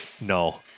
no